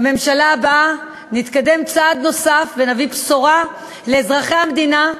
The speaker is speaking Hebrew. בממשלה הבאה נתקדם צעד נוסף ונביא בשורה לאזרחי המדינה,